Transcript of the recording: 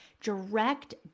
direct